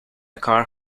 car